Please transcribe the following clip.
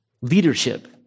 leadership